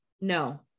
No